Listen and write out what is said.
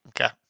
Okay